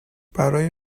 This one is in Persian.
برای